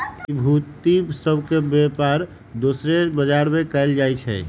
प्रतिभूति सभ के बेपार दोसरो बजार में कएल जाइ छइ